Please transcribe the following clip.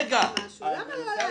היושב-ראש מבקש ממך משהו, למה לא להסביר?